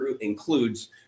includes